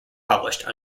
published